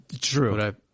True